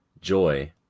joy